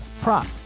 prop